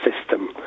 system